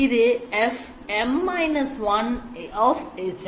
இது F M−1